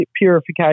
purification